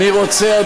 אני רוצה,